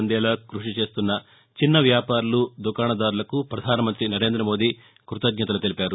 అందేలా కృషి చేస్తున్న చిన్న వ్యాపారులు దుకాణాదారులకు ప్రధానమంతి నరేంద్ర మోదీ కృతజ్ఞతలు తెలిపారు